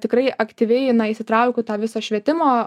tikrai aktyviai na įsitraukiau į tą visą švietimo